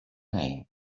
name